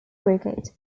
brigade